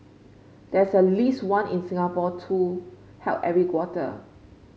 there's at least one in Singapore too held every quarter